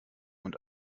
und